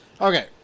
Okay